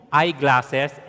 eyeglasses